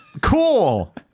Cool